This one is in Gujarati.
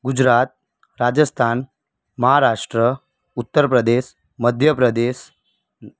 ગુજરાત રાજસ્થાન મહારાષ્ટ્ર ઉત્તરપ્રદેશ મધ્યપ્રદેશ